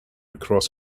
cross